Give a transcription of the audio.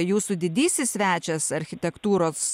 jūsų didysis svečias architektūros